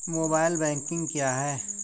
Mobile banking क्या है?